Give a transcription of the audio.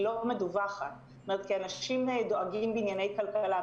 היא לא מדווחת כי אנשים דואגים לענייני כלכלה.